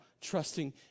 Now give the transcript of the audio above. trusting